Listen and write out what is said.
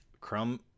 Crumb